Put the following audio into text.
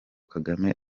kagame